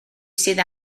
sydd